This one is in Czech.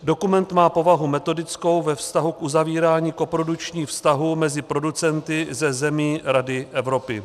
Dokument má povahu metodickou ve vztahu k uzavírání koprodukčních vztahů mezi producenty ze zemí Rady Evropy.